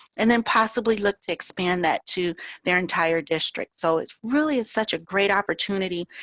and then possibly look to expand that to their entire district. so it really is such a great opportunity.